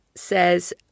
says